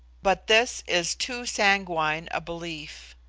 but this is too sanguine a belief.